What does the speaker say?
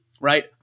Right